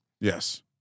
Yes